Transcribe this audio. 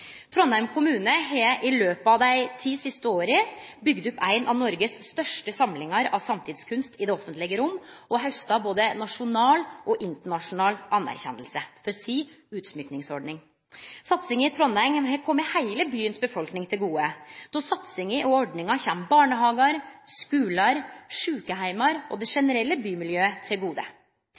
dei ti siste åra bygd opp ei av Noregs største samlingar av samtidskunst i det offentlege rom og har hausta både nasjonal og internasjonal heider for utsmykkingsordninga si. Satsinga i Trondheim har kome befolkninga i heile byen til gode – det gjeld barnehagar, skular, sjukeheimar og det generelle